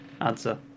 answer